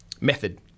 method